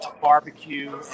barbecue